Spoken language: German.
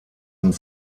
und